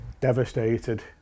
Devastated